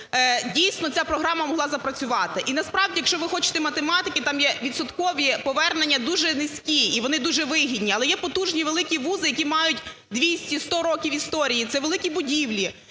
дійсно ця програма могла запрацювати. І насправді, якщо ви хочете математики, там є відсоткові повернення дуже низькі, і вони дуже вигідні. Але є потужні великі вузи, які мають 200, 100 років історії, це великі будівлі,